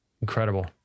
Incredible